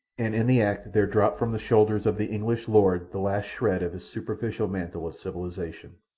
and in the act there dropped from the shoulders of the english lord the last shred of his superficial mantle of civilization.